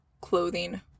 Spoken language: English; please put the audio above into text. clothing